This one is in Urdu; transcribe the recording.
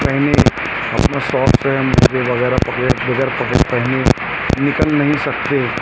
پہنے اپنا ساکس ہے موزے وغیرہ کپڑے بغیر پہنے نکل نہیں سکتے